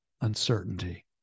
uncertainty